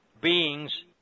beings